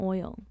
Oil